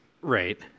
Right